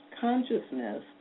consciousness